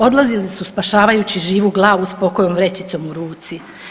Odlazili su spašavajući živu glavu s pokojom vrećicom u ruci.